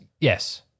yes